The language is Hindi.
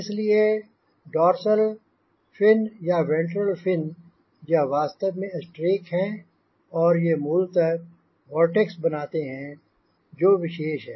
इसलिए डोर्सल फिन या वेंट्रल फिन यह वास्तव में स्ट्रेक हैं और ये मूलतः वोर्टेक्स बनाते हैं जो विशेष है